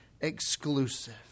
exclusive